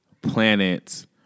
planets